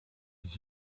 les